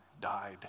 died